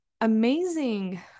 amazing